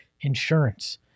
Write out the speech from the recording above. Insurance